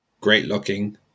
great-looking